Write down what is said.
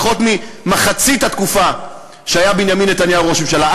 פחות ממחצית התקופה שהיה בנימין נתניהו ראש הממשלה.